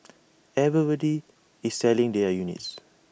everybody is selling their units